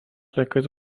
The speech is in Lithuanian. laikais